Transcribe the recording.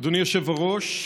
אדוני היושב-ראש,